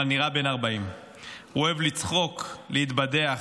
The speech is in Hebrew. אבל נראה בן 40. הוא אוהב לצחוק, להתבדח,